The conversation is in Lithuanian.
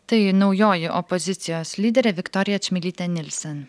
tai naujoji opozicijos lyderė viktorija čmilytė nilsen